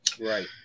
Right